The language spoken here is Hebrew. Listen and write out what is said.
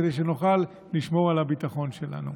כדי שנוכל לשמור על הביטחון שלנו.